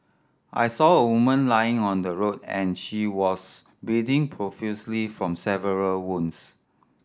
I saw a woman lying on the road and she was bleeding profusely from several wounds